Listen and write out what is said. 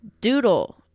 doodle